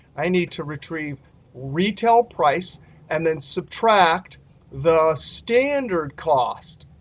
i need to retrieve retail price and then subtract the standard cost.